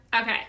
Okay